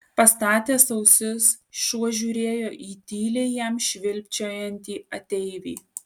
pastatęs ausis šuo žiūrėjo į tyliai jam švilpčiojantį ateivį